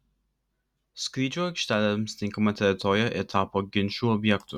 skrydžių aikštelėms tinkama teritorija ir tapo ginčų objektu